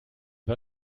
war